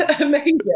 amazing